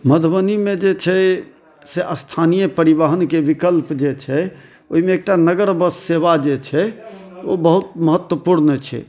मधुबनीमे जे छै से स्थानीय परिवहनके विकल्प जे छै ओहिमे एकटा नगर बस सेवा जे छै ओ बहुत महत्त्वपूर्ण छै